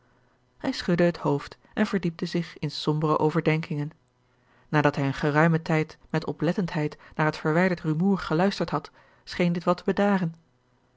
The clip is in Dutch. hij schudde het hoofd en verdiepte zich in sombere overdenkingen nadat hij een geruimen tijd met oplettendheid naar het verwijderd rumoer geluisterd had scheen dit wat te bedaren